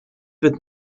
wird